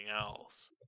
else